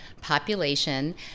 population